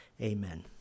Amen